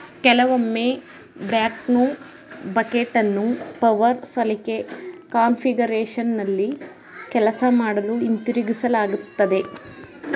ಕೆಲವೊಮ್ಮೆ ಬ್ಯಾಕ್ಹೋ ಬಕೆಟನ್ನು ಪವರ್ ಸಲಿಕೆ ಕಾನ್ಫಿಗರೇಶನ್ನಲ್ಲಿ ಕೆಲಸ ಮಾಡಲು ಹಿಂತಿರುಗಿಸಲಾಗ್ತದೆ